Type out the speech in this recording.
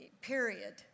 period